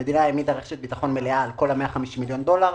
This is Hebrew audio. המדינה העמידה רשת ביטחוחן מלאה על כל ה-150 מיליון דולר.